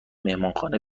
مهمانخانه